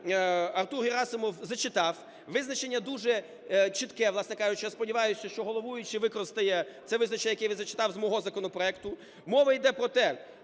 Артур Герасимов зачитав, визначення дуже чітке, власне кажучи. Я сподіваюся, що головуючий використає це визначення, яке я зачитав, з мого законопроекту. Мова йде про те,